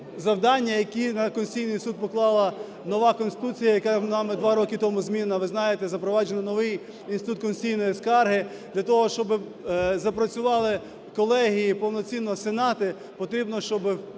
завдання, які на Конституційний Суд поклала нова Конституція, яка нами 2 роки тому змінена. Ви знаєте, запроваджений новий інститут конституційної скарги. Для того, щоб запрацювали колегії і повноцінно сенати, потрібно, щоб